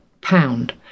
pound